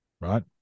right